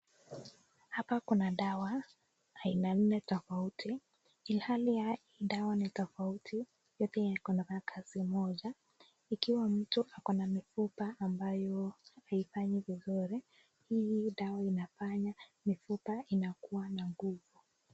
Hapa kuna dawa aina nne tofauti ilhali dawa ni tofauti yote inafanya kazi moja. Ikiwa mtu ako na mifupa haifanyi vizuri ,hii dawa inafanya mifupa inakua na nguvu.